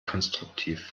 konstruktiv